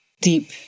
deep